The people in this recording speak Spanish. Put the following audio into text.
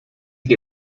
que